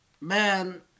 man